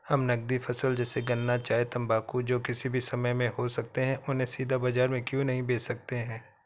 हम नगदी फसल जैसे गन्ना चाय तंबाकू जो किसी भी समय में हो सकते हैं उन्हें सीधा बाजार में क्यो नहीं बेच सकते हैं?